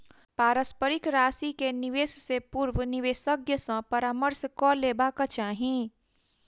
पारस्परिक राशि के निवेश से पूर्व विशेषज्ञ सॅ परामर्श कअ लेबाक चाही